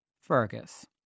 Fergus